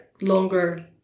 longer